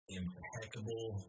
impeccable